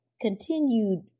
continued